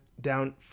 down